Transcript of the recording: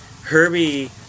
Herbie